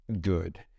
good